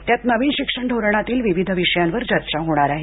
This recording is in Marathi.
त्यात नवीन शिक्षण धोरणातील विविध विषयांवर चर्चा होणार आहे